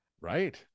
right